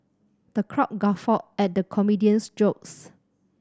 the crowd guffawed at the comedian's jokes